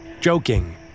joking